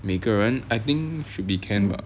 每个人 I think should be can lah